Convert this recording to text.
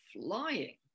flying